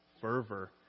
fervor